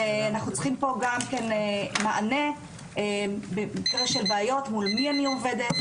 ואנחנו צריכים פה מענה במקרה של בעיות מול מי אני עובדת,